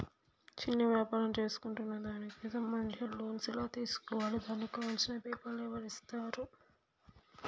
చిన్న వ్యాపారం చేసుకుంటాను దానికి సంబంధించిన లోన్స్ ఎలా తెలుసుకోవాలి దానికి కావాల్సిన పేపర్లు ఎవరిస్తారు?